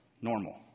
normal